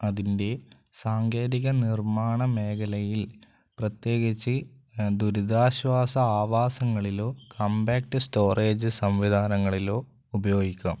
അതിൻ്റെ സാങ്കേതിക നിർമാണ മേഖലയിൽ പ്രത്യേകിച്ച് ദുരിതാശ്വാസ ആവാസങ്ങളിലോ കംമ്പാക്റ്റ് സ്റ്റോറേജ് സംവിധാനങ്ങളിലോ ഉപയോഗിക്കാം